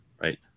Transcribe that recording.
Right